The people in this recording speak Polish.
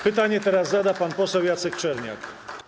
Pytanie teraz zada pan poseł Jacek Czerniak.